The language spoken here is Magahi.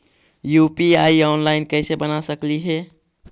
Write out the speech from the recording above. यु.पी.आई ऑनलाइन कैसे बना सकली हे?